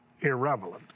irrelevant